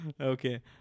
Okay